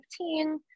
2015